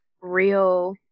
real